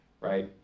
right